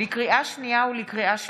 לקריאה שנייה ולקריאה שלישית: